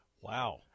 Wow